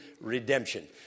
redemption